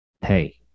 hey